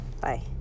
Bye